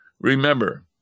Remember